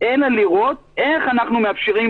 ואמר פרופ' אש שהעדפות הראשונה לאחר